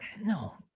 no